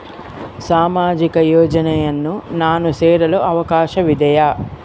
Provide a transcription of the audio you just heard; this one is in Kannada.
ಸಾಮಾಜಿಕ ಯೋಜನೆಯನ್ನು ನಾನು ಸೇರಲು ಅವಕಾಶವಿದೆಯಾ?